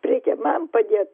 reikia man padėt